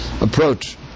approach